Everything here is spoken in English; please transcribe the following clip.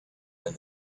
and